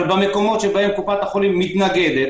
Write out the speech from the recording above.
אבל במקומות שבהם קופת החולים מתנגדת,